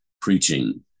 preaching